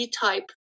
type